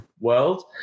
world